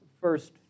first